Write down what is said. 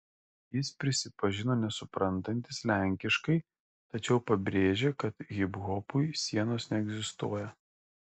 jis prisipažino nesuprantantis lenkiškai tačiau pabrėžė kad hiphopui sienos neegzistuoja